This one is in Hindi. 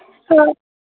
तो